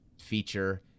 feature